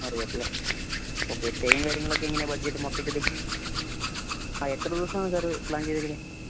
ആറുപേരല്ലേ okay സ്റ്റേയും കാര്യങ്ങളും എങ്ങനെയാ ബഡ്ജറ്റ് മൊത്തത്തിൽ ആ എത്ര ദിവസമാണ് സാർ പ്ലാൻ ചെയ്തേക്കുന്നത്